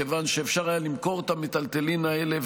מכיוון שאפשר היה למכור את המיטלטלין האלה,